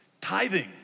tithing